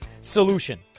solution